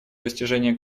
достижения